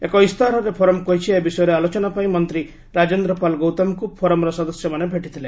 ଏକ ଇସ୍ତାହାରରେ ଫୋରମ୍ କହିଛି ଏ ବିଷୟରେ ଆଲୋଚନାପାଇଁ ମନ୍ତ୍ରୀ ରାଜେନ୍ଦ୍ରପାଲ୍ ଗୌତମଙ୍କୁ ଫୋରମର ସଦସ୍ୟମାନେ ଭେଟିଥିଲେ